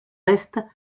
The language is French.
est